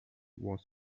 was